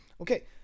okay